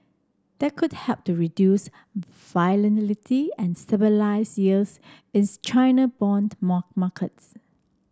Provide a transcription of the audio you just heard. that could help to reduce volatility and stabilise yields is China bond market